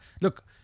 look